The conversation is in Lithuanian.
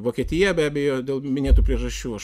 vokietija be abejo dėl minėtų priežasčių aš